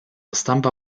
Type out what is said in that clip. stampa